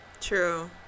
True